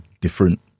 different